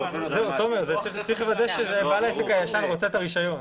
צריך לוודא שבעל העסק הישן רוצה את הרישיון.